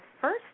first